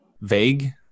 vague